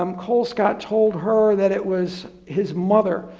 um colescott told her that it was his mother,